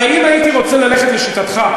הרי אם הייתי רוצה ללכת לשיטתך,